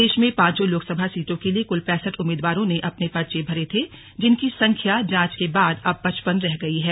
प्रदेश में पांचों लोकसभा सीटों के लिए कुल पैसठ उम्मीदवारों ने अपने पर्चे भरे थे जिनकी संख्या जांच के बाद अब पचपन रह गई है